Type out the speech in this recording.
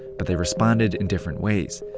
but they responded in different ways.